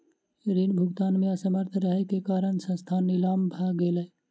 ऋण भुगतान में असमर्थ रहै के कारण संस्थान नीलाम भ गेलै